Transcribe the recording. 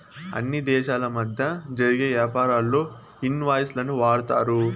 అన్ని దేశాల మధ్య జరిగే యాపారాల్లో ఇన్ వాయిస్ లను వాడతారు